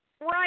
Right